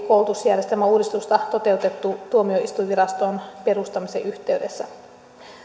koulutusjärjestelmän uudistusta toteutettu tuomioistuinviraston perustamisen yhteydessä